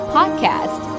Podcast